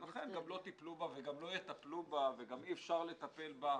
ולכן לא טיפלו, לא יטפלו וגם אי אפשר לטפל בה.